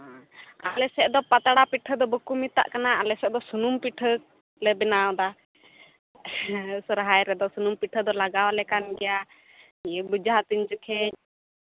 ᱟᱞᱮ ᱥᱮᱡ ᱫᱚ ᱯᱟᱛᱲᱟ ᱯᱤᱴᱷᱟᱹ ᱫᱚ ᱵᱟᱠᱚ ᱢᱮᱛᱟᱜ ᱠᱟᱱᱟ ᱟᱞᱮ ᱥᱮᱫ ᱫᱚ ᱥᱩᱱᱩᱢ ᱯᱤᱴᱷᱟᱹ ᱞᱮ ᱵᱮᱱᱟᱣᱫᱟ ᱦᱮᱸ ᱥᱚᱨᱦᱟᱭ ᱨᱮᱫᱚ ᱥᱩᱱᱩᱢ ᱯᱤᱴᱷᱟᱹ ᱫᱚ ᱞᱟᱜᱟᱣᱟᱞᱮ ᱠᱟᱱ ᱜᱮᱭᱟ ᱤᱭᱟᱹ ᱵᱚᱡᱷᱟ ᱛᱩᱧ ᱡᱚᱠᱷᱮᱡ